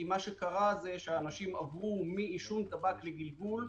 כי אנשים עברו מעישון טבק לסיגריות.